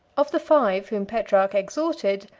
of the five whom petrarch exhorted,